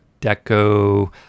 deco